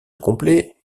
complet